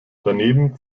daneben